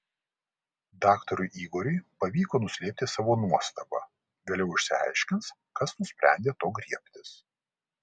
daktarui igorui pavyko nuslėpti savo nuostabą vėliau išsiaiškins kas nusprendė to griebtis